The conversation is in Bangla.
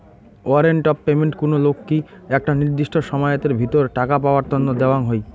ওয়ারেন্ট অফ পেমেন্ট কুনো লোককি একটা নির্দিষ্ট সময়াতের ভিতর টাকা পাওয়ার তন্ন দেওয়াঙ হই